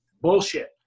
bullshit